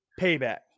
payback